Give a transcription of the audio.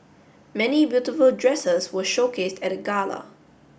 many beautiful dresses were showcased at gala